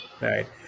right